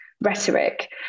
rhetoric